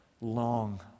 long